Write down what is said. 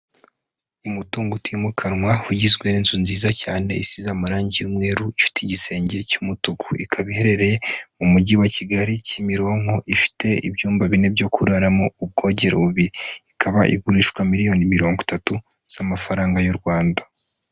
Umutungo utimukanwa, ugizwe n'inzu nziza cyane isize amarangi y'umweru, ifite igisenge cy'umutuku, ikaba iherereye mu mujyi wa Kigali-Kimironko, ifite ibyumba bine byo kuraramo, ubwogero bubiri, ikaba igurishwa miliyoni mirongo itatu z'amafaranga y'u Rwanda.